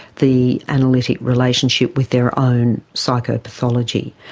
the analytic relationship with their own psychopathology.